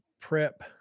prep